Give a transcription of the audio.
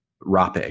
rape